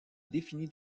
défini